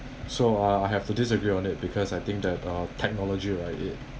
so uh I have to disagree on it because I think that uh technology write it